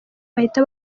bahita